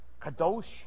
Kadosh